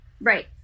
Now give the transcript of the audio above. right